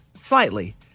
Slightly